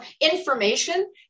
information